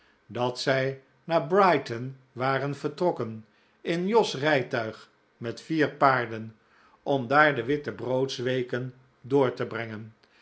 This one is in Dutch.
dat zij naar brighton waren vertrokken in jos rijtuig met vier paarden om daar de wittebroodsweken door te brengen